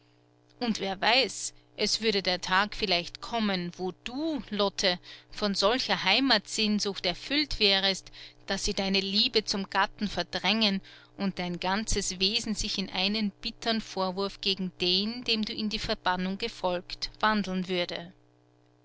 und wer weiß es würde der tag vielleicht kommen wo du lotte von solcher heimatssehnsucht erfüllt wärest daß sie deine liebe zum gatten verdrängen und dein ganzes wesen sich in einen bitteren vorwurf gegen den dem du in die verbannung gefolgt wandeln würde